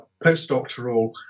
postdoctoral